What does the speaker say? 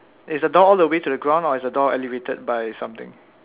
is the door all the way to the ground or is the door elevated by something